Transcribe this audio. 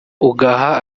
ugaha